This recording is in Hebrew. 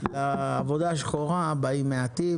לעבודה השחורה באים מעטים